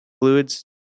Fluids